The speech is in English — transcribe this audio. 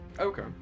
Okay